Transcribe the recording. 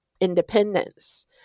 independence